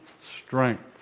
strength